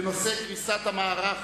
בנושא: קריסת מערך